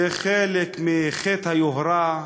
זה חלק מחטא היוהרה,